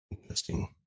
interesting